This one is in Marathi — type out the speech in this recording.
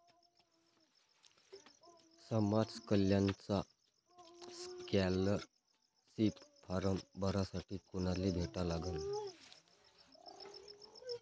समाज कल्याणचा स्कॉलरशिप फारम भरासाठी कुनाले भेटा लागन?